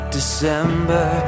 December